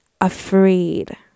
afraid